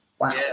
Wow